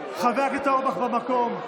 חבר הכנסת אורבך, במקום.